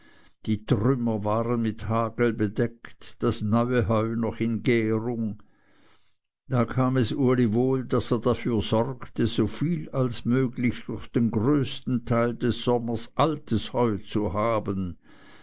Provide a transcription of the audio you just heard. die trümmer waren mit hagel bedeckt das neue heu noch in gärung da kam es uli wohl daß er dafür sorgte so viel als möglich durch den größten teil des sommers altes heu zu haben